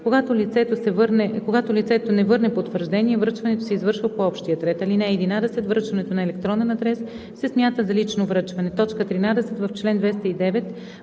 Когато лицето не върне потвърждение, връчването се извършва по общия ред. (11) Връчването на електронен адрес се смята за лично връчване.“ 13. В чл. 209: